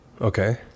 okay